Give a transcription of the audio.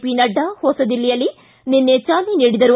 ಪಿನಡ್ಡಾ ಹೊಸದಿಲ್ಲಿಯಲ್ಲಿ ನಿನ್ನೆ ಚಾಲನೆ ನೀಡಿದರು